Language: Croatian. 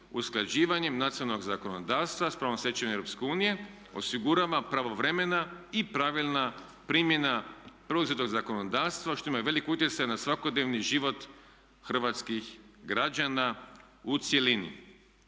usklađivanjem nacionalnog zakonodavstva sa pravnom stečevinom Europske unije osigurava pravovremena i pravilna primjena preuzetog zakonodavstva što ima veliki utjecaj na svakodnevni život hrvatskih građana u cjelini.